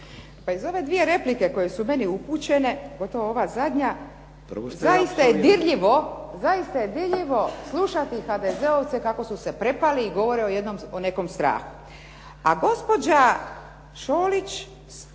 iz ove dvije replike koje su meni upućene pogotovo ova zadnja zaista je dirljivo slušati HDZ-ovce kako su se prepali i govore o nekom strahu. A gospođa Šolić